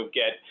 get